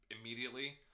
immediately